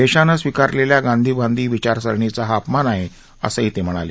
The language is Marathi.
देशानं स्वीकारलेल्या गांधीवादी विचारसरणीचा हा अपमान आहे असं ते म्हणाले